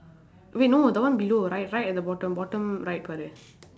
wait no that one below right right at the bottom bottom right sorry